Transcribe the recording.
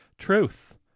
Truth